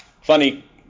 funny